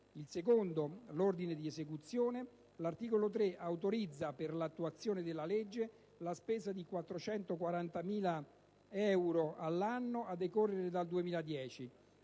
il secondo l'ordine di esecuzione. L'articolo 3 autorizza, per l'attuazione della legge, la spesa di 440.000 euro all'anno a decorrere dal 2010.